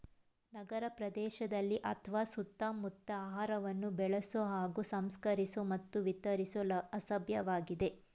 ನಗರಪ್ರದೇಶದಲ್ಲಿ ಅತ್ವ ಸುತ್ತಮುತ್ತ ಆಹಾರವನ್ನು ಬೆಳೆಸೊ ಹಾಗೂ ಸಂಸ್ಕರಿಸೊ ಮತ್ತು ವಿತರಿಸೊ ಅಭ್ಯಾಸವಾಗಿದೆ